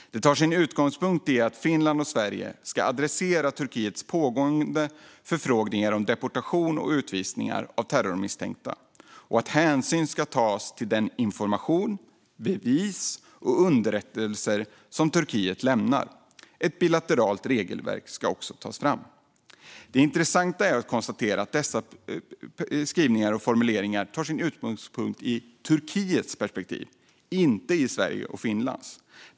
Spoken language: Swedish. Den tar sin utgångspunkt i att Finland och Sverige ska adressera Turkiets pågående förfrågningar om deportation och utvisningar av terrormisstänkta, och i att hänsyn ska tas till information, bevis och underrättelser som Turkiet lämnar. Ett bilateralt regelverk ska också tas fram. Det intressanta är att dessa formuleringar tar sin utgångspunkt i Turkiets perspektiv, inte Sveriges och Finlands.